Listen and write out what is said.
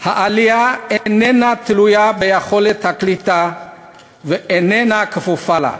העלייה איננה תלויה ביכולת הקליטה ואיננה כפופה לה.